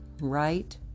right